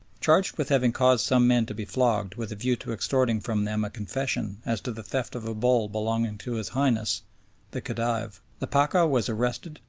charged with having caused some men to be flogged with a view to extorting from them a confession as to the theft of a bull belonging to his highness the khedive, the pacha was arrested,